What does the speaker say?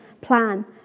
plan